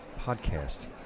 podcast